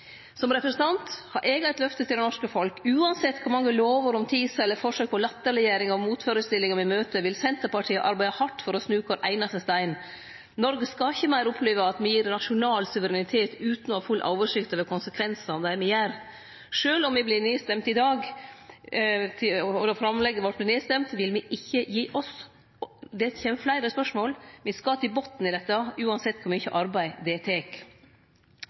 Som representant har eg eit løfte til det norske folket: Same kor mange lover om TISA eller forsøk på latterleggjering og motførestellingar me møter, vil Senterpartiet arbeide hardt for å snu kvar einaste stein. Noreg skal ikkje meir oppleve at me gir nasjonal suverenitet utan å ha full oversikt over konsekvensane av det me gjer. Sjølv om framlegget vårt vert nedstemt i dag, vil me ikkje gi oss. Det kjem fleire spørsmål. Me skal til botnen i dette, same kor mykje arbeid det tek.